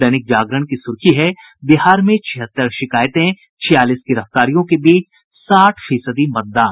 दैनिक जागरण की सुर्खी है बिहार में छिहत्तर शिकायतें छियालीस गिरफ्तारियों के बीच साठ फीसदी मतदान